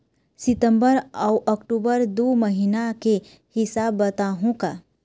सितंबर अऊ अक्टूबर दू महीना के हिसाब बताहुं का?